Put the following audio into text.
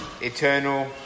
eternal